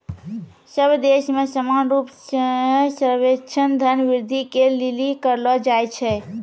सब देश मे समान रूप से सर्वेक्षण धन वृद्धि के लिली करलो जाय छै